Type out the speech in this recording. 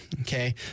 Okay